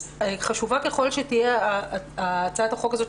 חשובה ככל שתהיה הצעת החוק הזו,